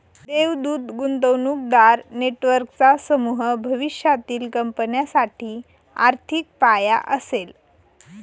देवदूत गुंतवणूकदार नेटवर्कचा समूह भविष्यातील कंपन्यांसाठी आर्थिक पाया असेल